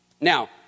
Now